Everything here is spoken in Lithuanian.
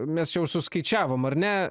mes jau suskaičiavom ar ne